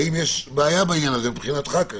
יש בעיה עם זה מבחינתך?